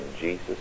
jesus